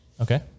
Okay